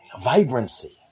vibrancy